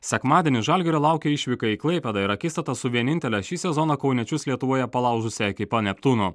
sekmadienį žalgirio laukia išvyka į klaipėdą ir akistata su vienintele šį sezoną kauniečius lietuvoje palaužusia ekipa neptūnu